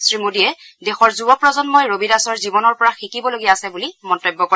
শ্ৰীমোদীয়ে দেশৰ যুৱ প্ৰজন্মই ৰবি দাসৰ জীৱনৰ পৰা শিকিবলগীয়া আছে বুলি মন্তব্য কৰে